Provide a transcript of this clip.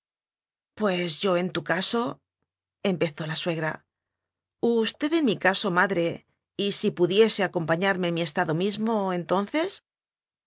pues yo en tu caso empezó la sue gra usted en mi caso madre y si pudiese acompañarme en mi estado mismo enton